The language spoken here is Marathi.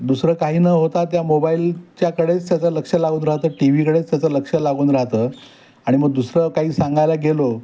दुसरं काही न होता त्या मोबाईलच्याकडेच त्याचं लक्ष लागून राहतं टी व्हीकडेच त्याचं लक्ष लागून राहतं आणि मग दुसरं काही सांगायला गेलो